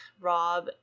Rob